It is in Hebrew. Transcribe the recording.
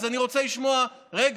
אז אני רוצה לשמוע רגע,